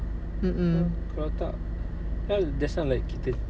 mm mm